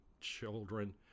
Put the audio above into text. children